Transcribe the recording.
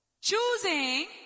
Choosing